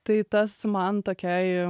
tai tas man tokiai